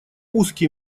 узкий